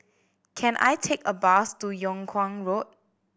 can I take a bus to Yung Kuang Road